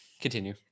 continue